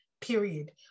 period